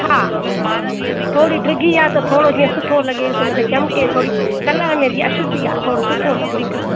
हा थोरी डिघी आहे त थोरो जीअं सुठो लॻेसि हिनखे चमिके थोरी कलर में बि आहे सुठी आहे थोरो सुठो लॻेसि